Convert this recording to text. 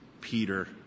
Peter